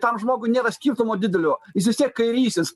tam žmogui nėra skirtumo didelio jis vis tiek kairysis